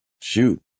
shoot